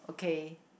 okay